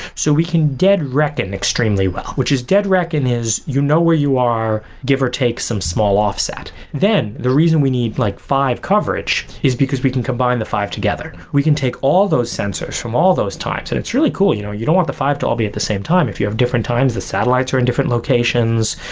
so we can dead reckon extremely well, which is dead reckon is you know where you are, give or take some small offset. then the reason we need like five coverage is because we can combine the five together. we can take all those sensors from all those times, and it's really cool, you know you don't want the five to all be at the same time if you have different times the satellites are in different locations.